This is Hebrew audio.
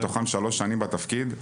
מתוכן שלוש שנים בתפקיד,